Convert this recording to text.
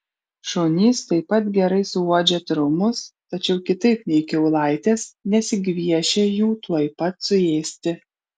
šunys taip pat gerai suuodžia trumus tačiau kitaip nei kiaulaitės nesigviešia jų tuoj pat suėsti